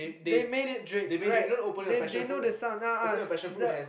they made it Drake right they they know the sound a'ah